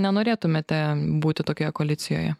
nenorėtumėte būti tokioje koalicijoje